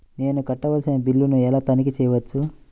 నేను కట్టవలసిన బిల్లులను ఎలా తనిఖీ చెయ్యవచ్చు?